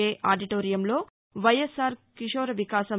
ఏ ఆడిటోరియంలో వైఎస్ఆర్ కిశోర వికాసం